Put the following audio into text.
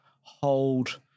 hold